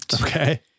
Okay